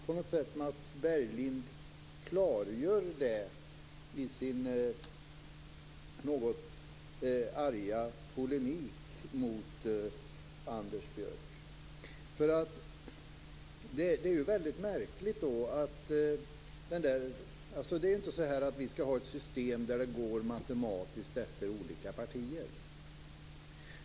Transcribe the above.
På något sätt klargör Mats Berglind det i sin något arga polemik mot Anders Björck. Vi kan ju inte ha ett system där utnämningarna matematiskt fördelas mellan olika partier.